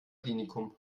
klinikum